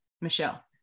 Michelle